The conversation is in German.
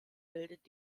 bildet